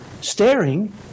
staring